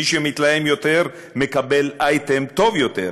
מי שמתלהם יותר מקבל אייטם טוב יותר.